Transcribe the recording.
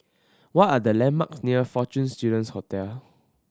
what are the landmarks near Fortune Students Hotel